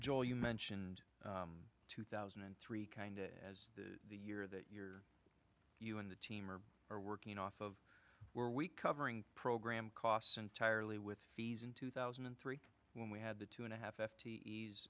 joe you mentioned two thousand and three kind as the year that you're you and the team are are working off of were we covering program costs entirely with fees in two thousand and three when we had the two and a half